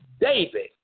David